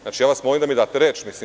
Znači, ja vas molim da mi date reč.